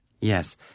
Yes